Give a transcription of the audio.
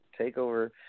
TakeOver –